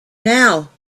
now